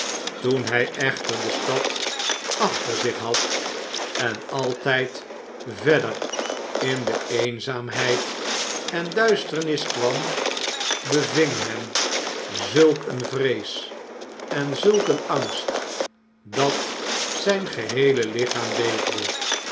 toen hij echter de stad achter zich had en altijd verder in de eenzaamheid en duisternis kwam beving hem zulk een vrees en zulk een angst dat zijn geheele lichaam beefde